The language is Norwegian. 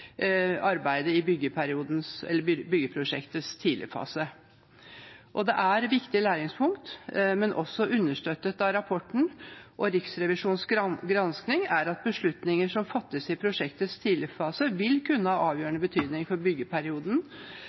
arbeidet i byggeprosjektets tidligfase. Det er viktige læringspunkter, men også understøttet av rapporten og Riksrevisjonens gransking er at beslutninger som fattes i prosjektets tidligfase, vil kunne ha avgjørende betydning for byggeperioden